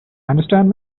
understand